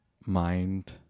Mind